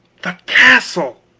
the castle!